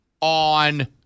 on